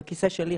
בכיסא שלי,